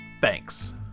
Thanks